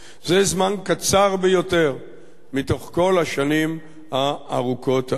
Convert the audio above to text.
זה זמן קצר ביותר מתוך כל השנים הארוכות האלה.